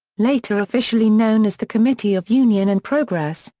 later officially known as the committee of union and progress,